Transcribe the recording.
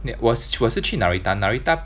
我是我是去 Narita Narita